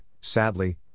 sadly